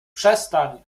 przestań